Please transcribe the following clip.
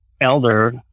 elder